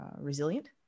resilient